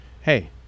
Hey